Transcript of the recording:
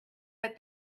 but